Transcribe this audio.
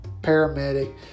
paramedic